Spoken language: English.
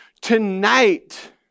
tonight